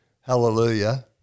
hallelujah